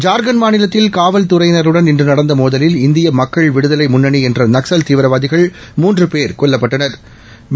ஜார்க்கண்ட் மாநிலத்தில் காவல்துறையினருடன் இன்று நடந்த மோதலில் இந்திய மக்கள் விடுதலை முன்னணி என்ற நக்சல் தீவிரவாதிகள் மூன்று பேர் கொல்லப்பட்டனா்